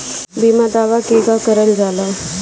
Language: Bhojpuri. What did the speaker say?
बीमा दावा केगा करल जाला?